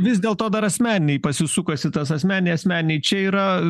vis dėl to dar asmeniniai pasisukosi tas asmeniai asmeniai čia yra